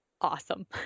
awesome